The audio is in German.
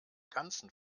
ganzen